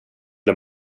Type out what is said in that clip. och